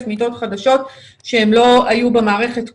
מיטות חדשות שהן לא היו במערכת קודם.